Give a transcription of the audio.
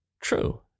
true